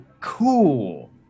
cool